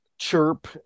Chirp